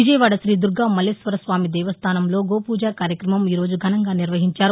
విజయవాడ శీదుర్గా మల్లేశ్వరస్వామి దేవస్థాసంలో గోపూజ కార్యక్రమం ఘనంగా నిర్వహించారు